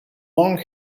long